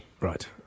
Right